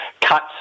cut